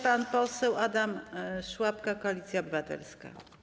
Pan poseł Adam Szłapka, Koalicja Obywatelska.